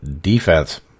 defense